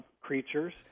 creatures